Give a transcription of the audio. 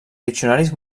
diccionaris